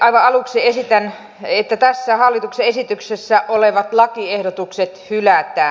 aivan aluksi esitän että tässä hallituksen esityksessä olevat lakiehdotukset hylätään